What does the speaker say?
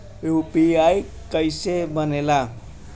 UPI कईसे बनेला?